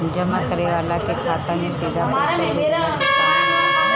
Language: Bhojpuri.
जमा करे वाला के खाता में सीधा पईसा भेजला के काम होला